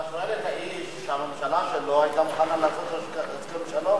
אתה שואל את האיש שהממשלה שלו היתה מוכנה לעשות הסכם שלום.